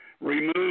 Remove